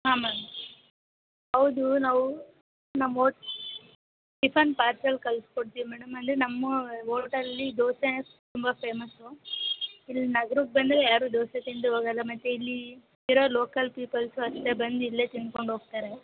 ಆಂ ma'am ಹೌದು ನಾವು ನಮ್ಮ ಹೊ ಟಿಫನ್ ಪಾರ್ಸಲ್ ಕಳ್ಸ್ಕೊಡ್ತೀವಿ ಮೇಡಮ್ ಅಲ್ಲಿ ನಮ್ಮ ಹೋಟಲ್ಲಿ ದೋಸೆ ತುಂಬ ಫೇಮಸ್ಸು ಇಲ್ಲಿ ನಗರಕ್ಕೆ ಬಂದರೆ ಯಾರೂ ದೋಸೆ ತಿನ್ನದೇ ಹೋಗೋಲ್ಲ ಮತ್ತು ಇಲ್ಲಿ ಇರೋ ಲೋಕಲ್ ಪೀಪಲ್ಸು ಅಷ್ಟೇ ಬಂದು ಇಲ್ಲೇ ತಿಂದ್ಕೊಂಡೋಗ್ತಾರೆ